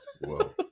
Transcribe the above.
whoa